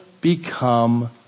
become